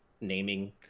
naming